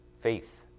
Faith